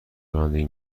رانندگی